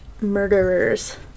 murderers